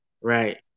Right